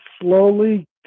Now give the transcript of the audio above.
slowly